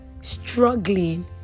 struggling